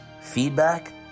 feedback